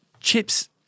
Chips